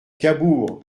cabourg